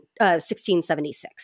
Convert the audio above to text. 1676